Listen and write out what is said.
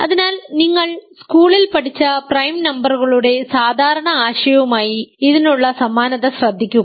അതിനാൽ നിങ്ങൾ സ്കൂളിൽ പഠിച്ച പ്രൈം നമ്പറുകളുടെ സാധാരണ ആശയവുമായി ഇതിനുള്ള സമാനത ശ്രദ്ധിക്കുക